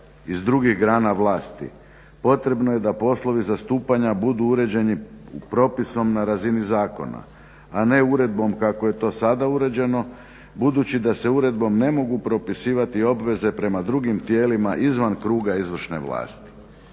iz drugih grana vlasti potrebno je da poslovi zastupanja budu uređeni propisom na razini zakona a ne uredbom kako je to sada uređeno, budući da se uredbom ne mogu propisivati obveze prema drugim tijelima izvan kruga izvršne vlasti."